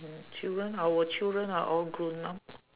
mm children our children are all grown up